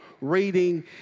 reading